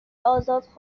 ازاد